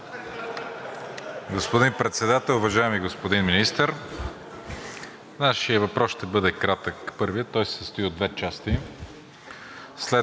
Господин Председател, уважаеми господин Министър! Нашият въпрос ще бъде кратък, първият. Той се състои от две части. След